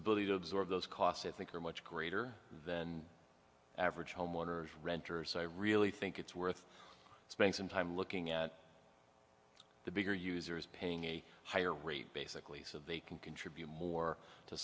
ability to absorb those costs i think are much greater than average homeowners renters so i really think it's worth spending some time looking at the bigger user is paying a higher rate basically so they can contribute more to